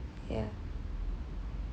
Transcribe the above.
yeah